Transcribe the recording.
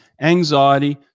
anxiety